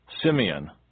Simeon